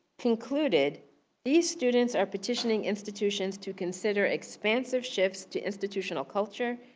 concluded these students are petitioning institutions to consider expansive shifts to institutional culture,